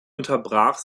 unterbrach